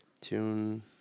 Tune